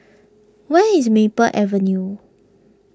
where is Maple Avenue